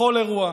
בכל אירוע,